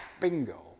bingo